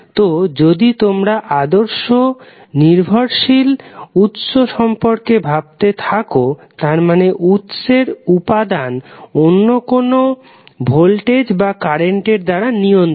তো যদি তোমরা আদর্শ নির্ভরশীল উৎস সম্পর্কে ভাবতে থাকো তার মানে উৎসের উপাদান অন্যকোন ভোল্টেজ বা কারেন্ট এর দ্বারা নিয়ন্ত্রিত